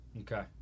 Okay